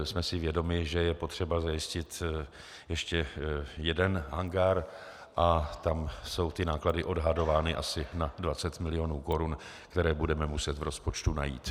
Jsme si vědomi, že je potřeba zajistit ještě jeden hangár, a tam jsou ty náklady odhadovány asi na 20 milionů korun, které budeme muset v rozpočtu najít.